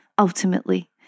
Ultimately